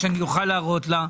שאני אוכל להראות לה,